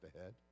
ahead